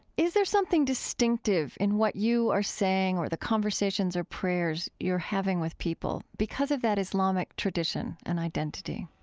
is there something distinctive in what you are saying or the conversations or prayers you're having with people because of that islamic tradition and identity?